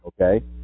okay